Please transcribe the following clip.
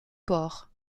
ports